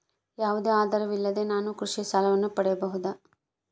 ಯಾವುದೇ ಆಧಾರವಿಲ್ಲದೆ ನಾನು ಕೃಷಿ ಸಾಲವನ್ನು ಪಡೆಯಬಹುದಾ?